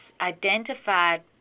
identified